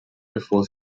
bevor